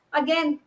again